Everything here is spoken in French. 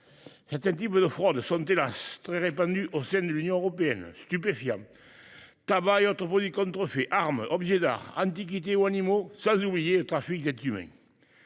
Certains types de fraudes sont, hélas, très répandus au sein de l’Union européenne : stupéfiants, tabac et autres produits contrefaits, armes, objets d’art, antiquités ou animaux, sans oublier le trafic d’êtres humains…